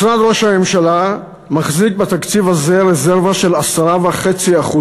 משרד ראש הממשלה מחזיק בתקציב הזה רזרבה של 10.5%,